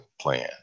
plan